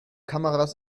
kameras